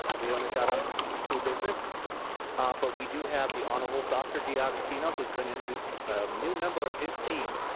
and leona is out on school business but we do have the honorable dr. d'agostino who is gonna introduce a new member of his team.